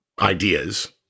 ideas